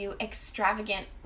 extravagant